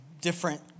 different